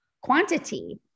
quantity